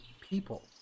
people